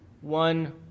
One